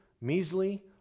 measly